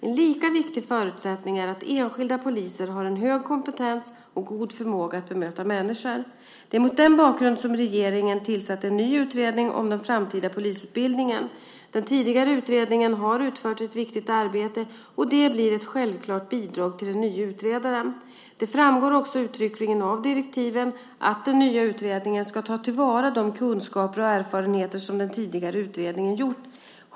En lika viktig förutsättning är att enskilda poliser har hög kompetens och god förmåga att bemöta människor. Det är mot denna bakgrund som regeringen tillsatt en ny utredning om den framtida polisutbildningen. Den tidigare utredningen har utfört ett viktigt arbete och det blir ett självklart bidrag till den nya utredaren. Det framgår också uttryckligen av direktiven att den nya utredningen ska ta till vara de kunskaper och erfarenheter som den tidigare utredningen gjort.